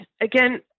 again